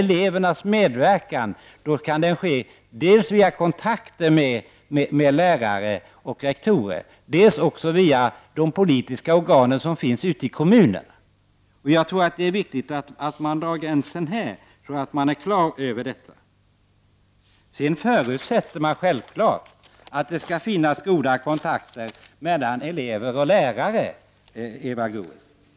Elevernas medverkan kan ske dels via kontakter med lärare och rektorer, dels via de politiska organ som finns i kommunerna. Jag tror att det är viktigt att man drar denna gräns så att man är klar över detta. Sedan förutsätts det självfallet att det skall finnas goda kontakter mellan elever och lärare, Eva Goös.